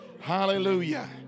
Hallelujah